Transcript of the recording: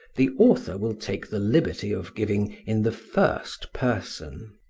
the author will take the liberty of giving in the first person.